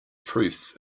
proof